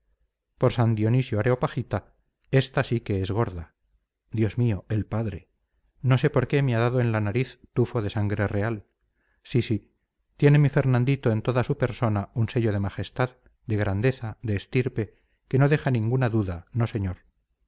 por san dionisio areopagita esta sí que es gorda dios mío el padre no sé por qué me ha dado en la nariz tufo de sangre real sí sí tiene mi fernandito en toda su persona un sello de majestad de grandeza de estirpe que no deja ninguna duda no señor